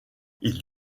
ils